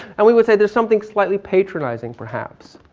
and we would say there's something slightly patronizing perhaps,